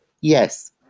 Yes